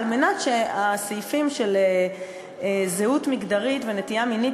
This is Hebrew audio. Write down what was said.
כדי שהסעיפים של זהות מגדרית ונטייה מינית,